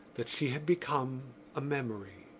that she had become a memory.